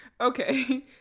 Okay